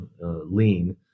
lean